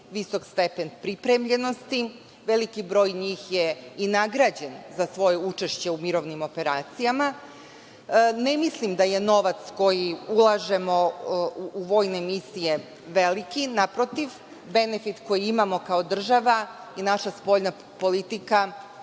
visok stepen pripremljenosti. Veliki broj njih je i nagrađen za svoje učešće u mirovnim operacijama. Ne mislim da je novac koji ulažemo u vojne misije veliki, naprotiv, benefit koji imamo kao država i naša spoljna politika,